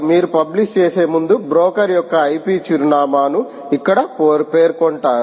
మీరు పబ్లిష్ చేసే ముందు బ్రోకర్ యొక్క IP చిరునామాను ఇక్కడ పేర్కొంటారు